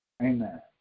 Amen